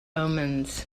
omens